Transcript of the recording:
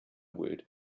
word